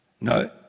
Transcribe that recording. No